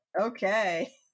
Okay